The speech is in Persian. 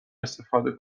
استفاده